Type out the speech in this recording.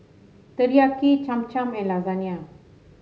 Teriyaki Cham Cham and Lasagne